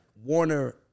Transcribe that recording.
Warner